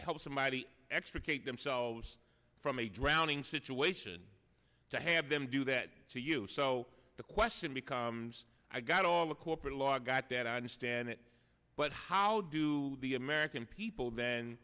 help somebody extricate themselves from a drowning situation to have them do that to you so the question becomes i got all the corporate law got that i understand it but how do the american people then